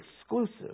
exclusive